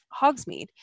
Hogsmeade